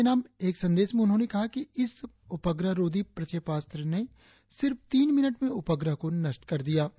देश के नाम एक संदेश में उन्होंने कहा कि इस उपग्रहरोधी प्रक्षेपास्त्र ने सिर्फ तीन मिनट में उपग्रह को नष्ट कर दिया